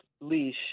leash